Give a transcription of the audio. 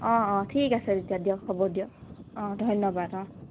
অ অ ঠিক আছে তেতিয়া দিয়ক হ'ব দিয়ক অ ধন্যবাদ অ